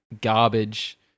garbage